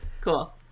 Cool